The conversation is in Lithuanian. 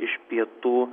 iš pietų